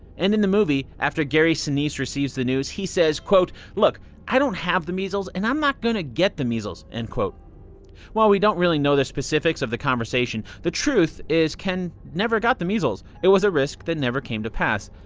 and in the movie, after gary sinise receives the news, he says, look i don't have the measles. and i'm not going to get the measles. and while we don't really know the specifics of the conversation, the truth is ken never got the measles. it was a risk that never came to pass.